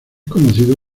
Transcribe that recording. conocido